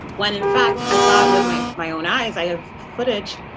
when in fact, i sat with my my own eyes, i have footage.